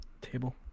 table